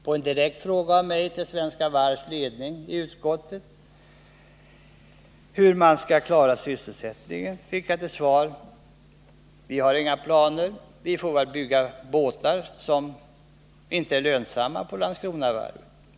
På en direkt fråga av mig till ledningen för Svenska Varv vid utskottets hearing, hur man skulle klara sysselsättningen, fick jag till svar: Vi har inga planer. Vi får väl bygga båtar som inte är lönsamma på Landskronavarvet.